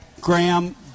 Graham